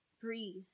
Breathe